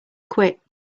quit